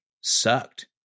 sucked